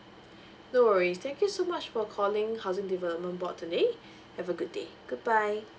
no worries thank you so much for calling housing development board today have a good day goodbye